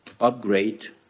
upgrade